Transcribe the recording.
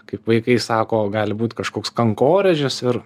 kaip vaikai sako gali būti kažkoks kankorėžis ir